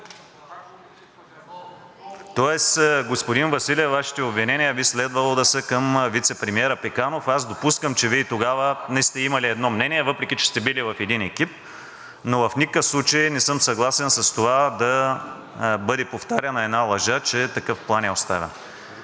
Тоест, господин Василев, Вашите обвинения би следвало да са към вицепремиера Пеканов. Аз допускам, че Вие тогава не сте имали едно мнение, въпреки че сте били в един екип, но в никакъв случай не съм съгласен с това да бъде повтаряна една лъжа, че такъв план е оставен,